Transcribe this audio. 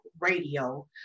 Radio